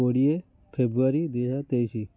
କୋଡ଼ିଏ ଫେବୃଆରୀ ଦୁଇହଜାର ତେଇଶି